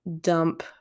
dump